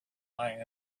lying